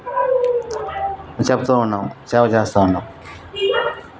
చెప్తూ ఉన్నాము సేవ చేస్తూ ఉన్నాము